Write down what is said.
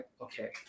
Okay